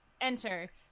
enter